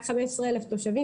רק 15,000 תושבים,